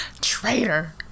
Traitor